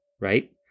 right